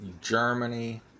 Germany